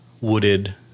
wooded